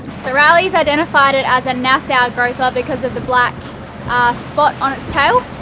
so riley's identified it as a nassau groper because of the black ah spot on it's tail.